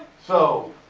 so,